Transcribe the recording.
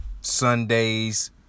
Sundays